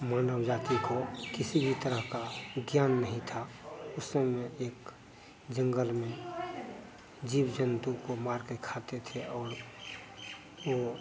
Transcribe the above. मानव जाती को किसी भी तरह का ज्ञान नहीं था उस समय में एक जंगल में जीव जंतू को मारकर खाते थे और वो